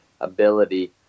ability